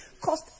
cost